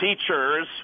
teachers